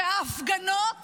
ואת ההפגנות